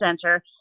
center